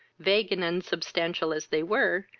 vague and unsubstantial as they were,